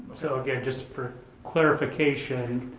so again, just for clarification.